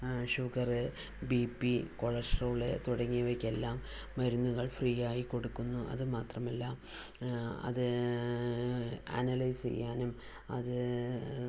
sugar B P cholesterol തുടങ്ങിയവയ്ക്കെല്ലാം മരുന്നുകൾ free ആയി കൊടുക്കുന്നു അതുമാത്രമല്ല അത് അനലൈസ് ചെയ്യാനും അത്